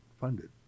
funded